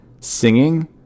singing